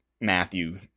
Matthew